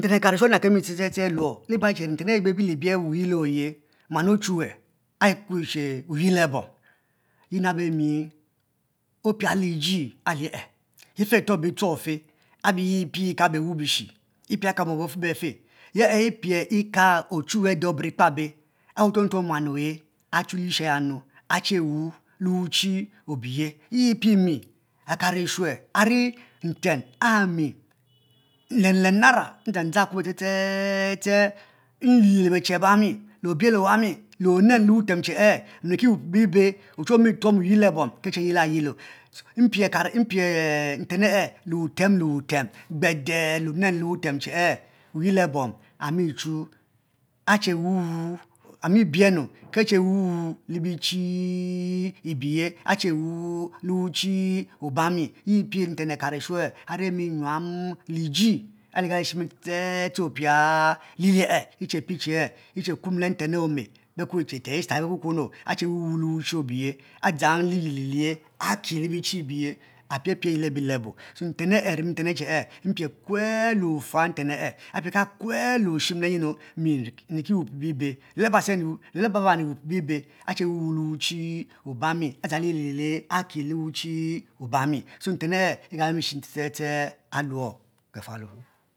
Ndeme akamisho anub kemi ste ste ste abuo liba ayi che nten ebebiehli biel wuyilo oyi muan ochuwue e ekuki chu wayilo bom yi nabo mi opie lijie ayee ife eto bitchog fe ahi ye pie eka bewu bishi epie eka bom beffe befe ye epie ika ochuwue ade oburukpabe awu otuome tuo muan ohe achuhsue aya nu ache wu le bichi ibiye yi epie eme akamishue ari nten ari le mi le nara ndazang ste ste ste nlie le bechi abami le obie owami le onenu a wuten che e miki wupie bibe ochuwue owi tuo wuyilebom ke ache yila yilo e pie nte e e le wutem lewutem gbede le onew le wutem che e wuyilo bom amichu kache wuwu amibienu kache wuwu le bichi ebiye ache wuwu le wuchi obami yi pie nten akarishue e ari mi nyuam liji ali ligalemi shem opie yiye e, eche pie che e kuom le nten ome bekue e ye esther bekukuo nu ache wuwu le wushu obuyi a dzang liyel ele aki le biechi ibiye apie pie ayi lebo lebo so a ten ari mi ehe e mpiekue le otu nten ee apiaka kue le oshen leyina nuki wupie bibe le laba che nyi le la wuchi obami a dzang liyel aki le wuchi obami so nten ahe agakemi shim ste ste ste